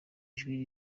ijwi